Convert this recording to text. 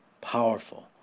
Powerful